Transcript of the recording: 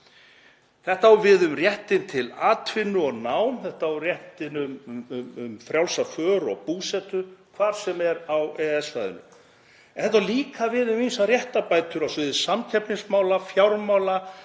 Þetta á við um réttinn til atvinnu og nám, þetta á við um réttinn um frjálsa för og búsetu hvar sem er á EES-svæðinu. En þetta á líka við um ýmsar réttarbætur á sviði samkeppnismála, fjármála,